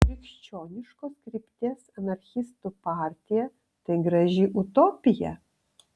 krikščioniškos krypties anarchistų partija tai graži utopija